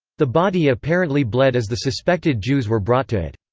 the body apparently bled as the suspected jews were brought to it.